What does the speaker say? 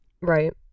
Right